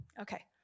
Okay